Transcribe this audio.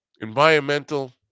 environmental